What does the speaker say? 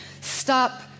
stop